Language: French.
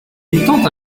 tente